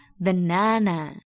banana